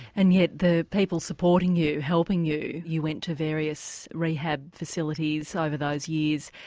and yet the people supporting you, helping you, you went to various rehab facilities so over those years,